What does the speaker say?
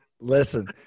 listen